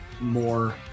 more